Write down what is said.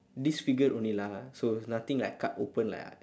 disfigured only lah so it's nothing like cut open lah